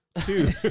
Two